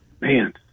Man